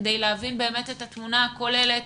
כדי להבין את התמונה הכוללת,